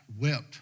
wept